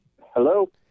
hello